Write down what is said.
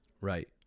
Right